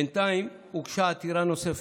בינתיים הוגשה עתירה נוספת,